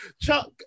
Chuck